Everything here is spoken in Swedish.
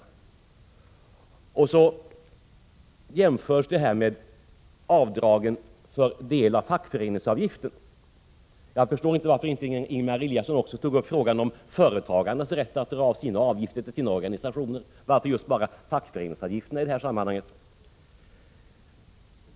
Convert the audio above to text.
Ingemar Eliasson jämför också med avdragen för del av fackföreningsavgift. Jag förstår inte varför han inte också tog upp frågan om företagarnas rätt att dra av avgifterna till sina organisationer. Varför just bara fackföreningsavgifterna?